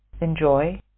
enjoy